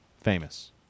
famous